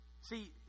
See